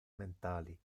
mentali